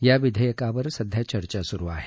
या विधेयकावर सध्या चर्चा सुरु आहे